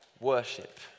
Worship